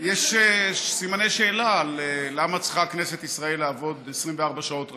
יש סימני שאלה למה צריכה כנסת ישראל לעבוד 24 שעות רצוף.